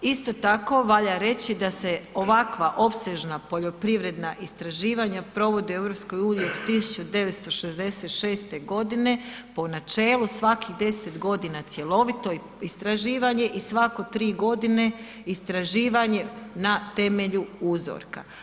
Isto tako, valja reći da se ovakva opsežna poljoprivredna istraživanja provode u EU od 1966. godine po načelu svakih 10 godina cjelovito istraživanje i svake 3 godine istraživanje na temelju uzorka.